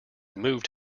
moved